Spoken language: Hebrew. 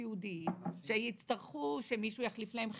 סיעודיים שיצטרכו שמישהו יחליף להם טיטול,